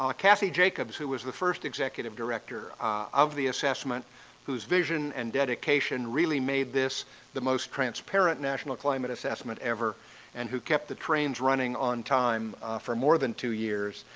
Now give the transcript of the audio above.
um cassie jacobs who was the first executive director of the assessment whose vision and dedication really made this the most transparent national climate assessment ever and who kept the trains running on time for more than two years.